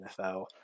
NFL